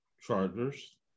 chargers